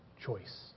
choice